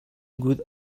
would